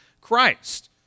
Christ